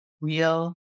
real